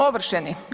Ovršeni.